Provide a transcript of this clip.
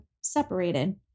separated